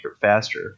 faster